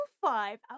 five